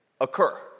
occur